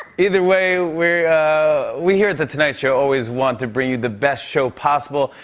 either way, we we here at the tonight show always want to bring you the best show possible.